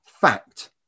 fact